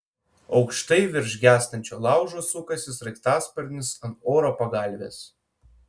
aukštai virš gęstančio laužo sukasi sraigtasparnis ant oro pagalvės